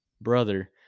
brother